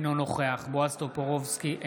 אינו נוכח בועז טופורובסקי,